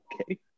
Okay